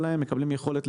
על האלימות,